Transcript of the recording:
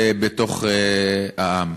בתוך העם.